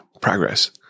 progress